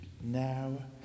now